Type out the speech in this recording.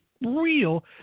real